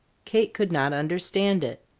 kate could not understand it.